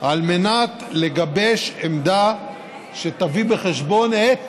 על מנת לגבש עמדה שתביא בחשבון את